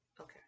okay